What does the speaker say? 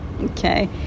Okay